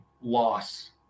loss